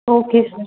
okay sir